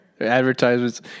advertisements